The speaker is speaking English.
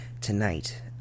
tonight